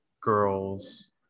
girls